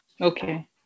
Okay